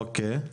אוקי.